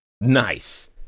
Nice